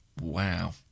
Wow